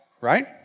right